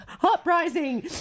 Uprising